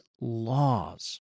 laws